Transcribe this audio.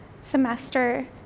semester